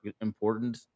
important